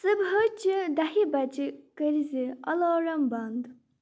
صبحٲچہِ دَہہِ بجہِ کٔرۍزِ الارَم بنٛد